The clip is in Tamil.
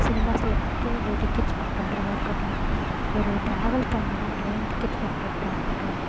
சினிமாவில் புக்கே இது டிக்கெட்ஸ் புக் பண்ணுறதா இருக்கட்டும் ஒரு ட்ராவல் பண்ணணும்னா ட்ரெயின் டிக்கெட் புக் பண்றா இருக்கட்டும்